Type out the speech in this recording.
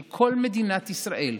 של כל מדינת ישראל,